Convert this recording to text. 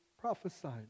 prophesied